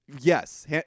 Yes